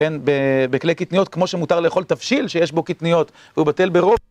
כן? בכלי קטניות כמו שמותר לאכול תבשיל שיש בו קטניות והוא בטל ברוב